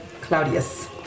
Claudius